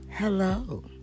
Hello